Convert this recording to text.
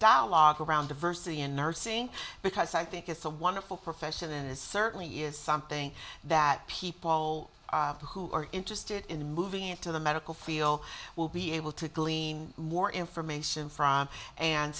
dialogue around diversity in nursing because i think it's a wonderful profession and it certainly is something that people who are interested in moving into the medical field will be able to glean more information from and